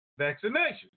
vaccination